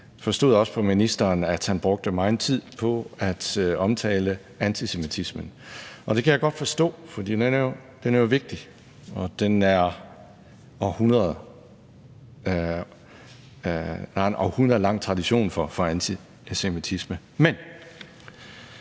forstod også på ministeren, at han brugte megen tid på at omtale antisemitismen. Det kan jeg godt forstå, for den er jo vigtig, og der er en hundredårig lang tradition for antisemitisme, men